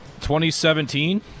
2017